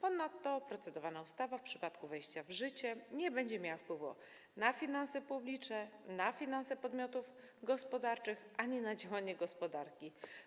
Ponadto procedowana ustawa w przypadku wejścia w życie nie będzie miała wpływu na finanse publiczne, na finanse podmiotów gospodarczych ani na działanie gospodarki.